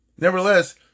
Nevertheless